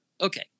okay